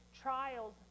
trials